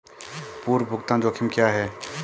पूर्व भुगतान जोखिम क्या हैं?